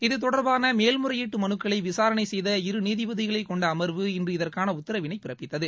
இதுதொடர்பான மேல்முறையீட்டு மனுக்களை விசாரணை செய்த இரு நீதிபதிகளைக்கொண்ட அமர்வு இன்று இதற்கான உத்தரவினை பிறப்பிததது